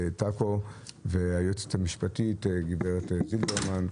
והיועצת המשפטית גב' זילברמן.